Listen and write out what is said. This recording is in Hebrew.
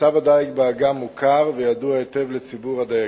מצב הדיג באגם מוכר וידוע היטב לציבור הדייגים.